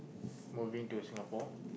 moving to Singapore